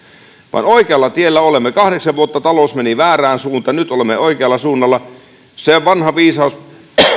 vaan oikealla tiellä olemme kahdeksan vuotta talous meni väärään suuntaan nyt olemme oikealla suunnalla se vanha viisaus